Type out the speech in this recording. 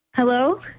Hello